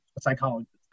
psychologist